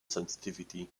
sensitivity